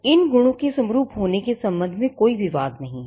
इन गुणों के समरूप होने के संबंध में कोई विवाद नहीं है